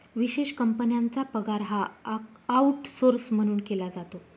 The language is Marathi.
विशेष कंपन्यांचा पगार हा आऊटसौर्स म्हणून केला जातो